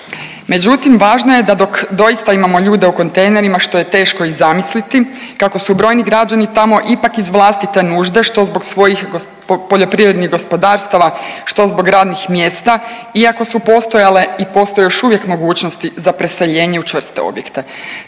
Međutim, važno je da dok doista imamo ljude u kontejnerima što je teško i zamisliti kako su brojni građani tamo ipak iz vlastite nužde što zbog svojih poljoprivrednih gospodarstava, što zbog radnih mjesta iako su postojale i postoje još uvijek mogućnosti za preseljenje u čvrste objekte.